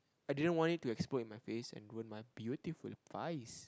I didn't want it to explode in my face and ruin my beautiful face